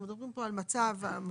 אנחנו מדברים פה על מצב מיוחד,